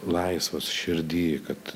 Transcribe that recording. laisvas širdy kad